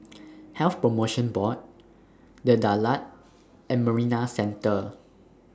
Health promotion Board The Daulat and Marina Centre